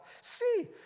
See